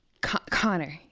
Connor